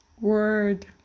Word